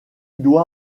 doit